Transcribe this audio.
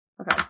Okay